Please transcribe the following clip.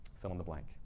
fill-in-the-blank